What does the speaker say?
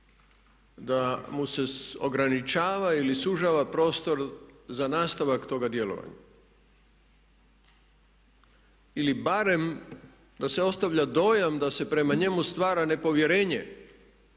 da mu se ograničava ili sužava prostor za nastavak toga djelovanja ili barem da se ostavlja dojam da se prema njemu stvara nepovjerenje